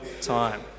time